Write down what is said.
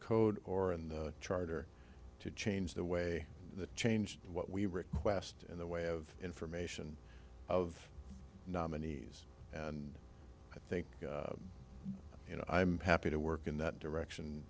code or in the charter to change the way to change what we request in the way of information of nominees and i think you know i am happy to work in that direction